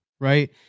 right